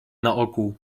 naokół